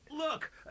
Look